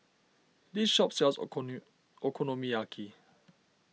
this shop sells Okonomiyaki